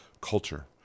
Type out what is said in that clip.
culture